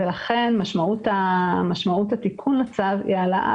ולכן משמעות התיקון לצו היא העלאת